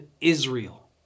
Israel